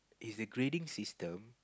is the grading system